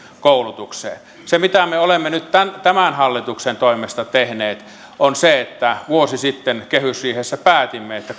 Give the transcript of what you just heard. koulutukseen se mitä me olemme nyt tämän hallituksen toimesta tehneet on se että vuosi sitten kehysriihessä päätimme että